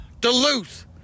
duluth